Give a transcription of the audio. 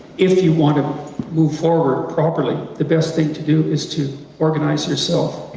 if you want to move forward properly, the best thing to do is to organize yourself,